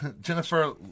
Jennifer